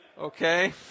Okay